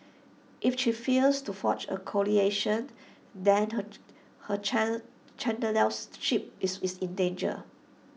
if she fails to forge A coalition then her is in danger